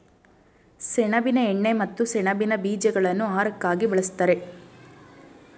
ಸೆಣಬಿನ ಎಣ್ಣೆ ಮತ್ತು ಸೆಣಬಿನ ಬೀಜಗಳನ್ನು ಆಹಾರಕ್ಕಾಗಿ ಬಳ್ಸತ್ತರೆ